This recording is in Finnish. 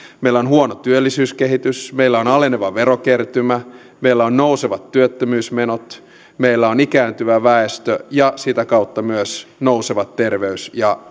meillä on huono työllisyyskehitys meillä on aleneva verokertymä meillä on nousevat työttömyysmenot meillä on ikääntyvä väestö ja sitä kautta myös nousevat terveys ja